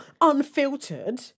unfiltered